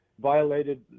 violated